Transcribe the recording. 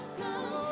come